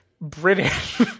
british